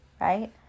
right